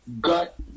gut